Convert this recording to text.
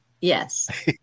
Yes